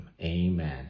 Amen